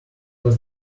was